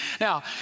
Now